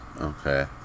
Okay